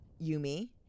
Yumi